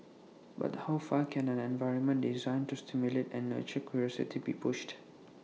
but how far can an environment designed to stimulate and nurture curiosity be pushed